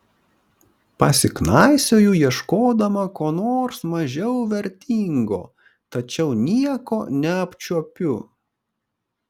pasiknaisioju ieškodama ko nors mažiau vertingo tačiau nieko neapčiuopiu